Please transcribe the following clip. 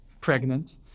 pregnant